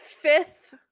fifth